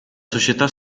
società